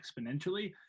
exponentially